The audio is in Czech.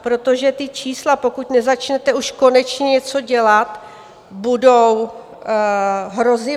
Protože ta čísla, pokud nezačnete už konečně něco dělat, budou hrozivá.